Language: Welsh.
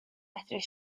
medru